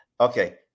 Okay